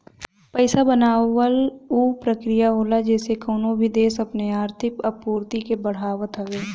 पईसा बनावल उ प्रक्रिया होला जेसे कवनो भी देस अपनी आर्थिक आपूर्ति के बढ़ावत हवे